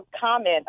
comment